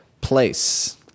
place